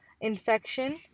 infection